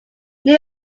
new